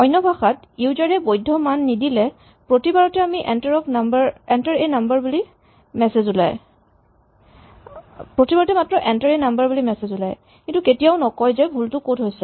অন্যভাষাত user এ বৈধ্য মান নিদিলে প্ৰতিবাৰতে মাত্ৰ এন্টাৰ এ নাম্বাৰ বুলি মেছেজ ওলায় কিন্তু কেতিয়াও নকয় যে ভুলটো ক'ত হৈছে